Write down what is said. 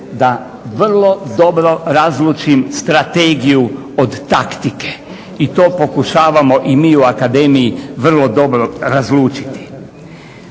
da vrlo dobro razlučim strategiju od taktike. I to pokušavamo mi u akademiji vrlo dobro razlučiti.